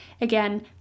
again